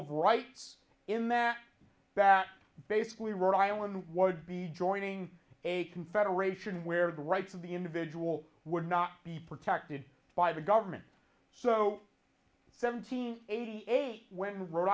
of rights in that that basically rhode island would be joining a confederation where the rights of the individual would not be protected by the government so seventeen eighty eight when rhode